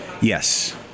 Yes